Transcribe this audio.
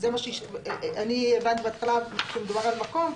אני הבנתי בהתחלה שמדובר על מקום,